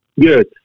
Good